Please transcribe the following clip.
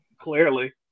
Clearly